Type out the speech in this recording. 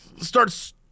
starts